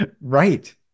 Right